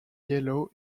yellow